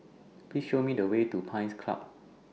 Please Show Me The Way to Pines Club